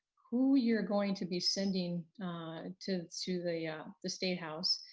who you're going to be sending to to the yeah the statehouse,